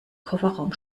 kofferraum